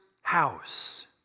house